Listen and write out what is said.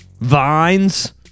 vines